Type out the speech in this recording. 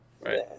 Right